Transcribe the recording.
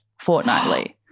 fortnightly